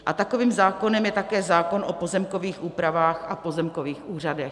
A takovým zákonem je také zákon o pozemkových úpravách a pozemkových úřadech.